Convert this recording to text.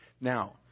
Now